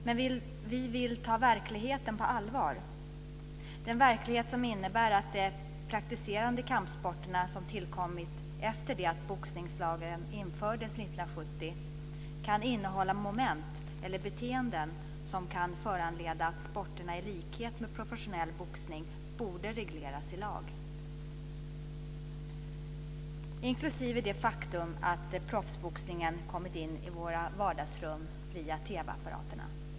Men vi vill ta verkligheten på allvar, den verklighet som innebär att de praktiserade kampsporter som tillkommit efter det att boxningslagen infördes 1970 kan innehålla moment eller beteenden som kan föranleda att sporterna i likhet med professionell boxning borde regleras i lag, inklusive det faktum att proffsboxningen kommit in i våra vardagsrum via TV-apparaterna.